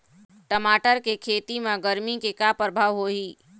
टमाटर के खेती म गरमी के का परभाव होही?